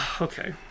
Okay